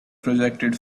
projected